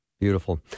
Beautiful